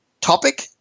topic